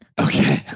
Okay